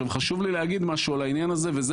וחשוב לי להגיד משהו על העניין הזה וזה